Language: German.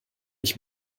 ich